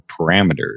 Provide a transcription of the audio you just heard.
parameters